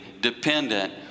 dependent